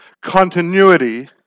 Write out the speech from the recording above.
continuity